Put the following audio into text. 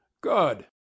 Good